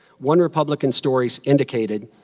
one republican story indicated,